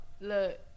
Look